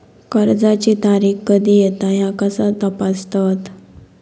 कर्जाची तारीख कधी येता ह्या कसा तपासतत?